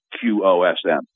Q-O-S-M